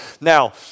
Now